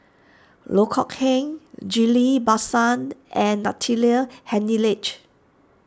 Loh Kok Heng Ghillie Basan and Natalie Hennedige